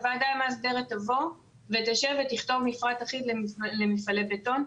הוועדה המאסדרת תבוא ותשב ותכתוב מפרט אחיד למפעלי בטון.